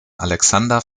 alexander